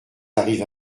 arrive